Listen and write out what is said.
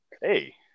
Hey